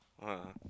uh